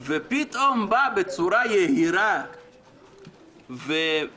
ופתאום בא בצורה יהירה ומזלזלת